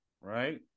right